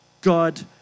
God